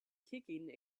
kicking